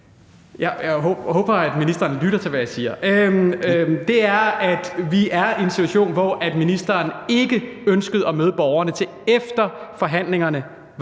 Jeg håber, at ministeren lytter til, hvad jeg siger, og det er, at vi er i en situation, hvor ministeren ikke ønskede at møde borgerne, til efter forhandlingerne